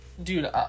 Dude